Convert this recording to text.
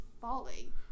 falling